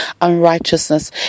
unrighteousness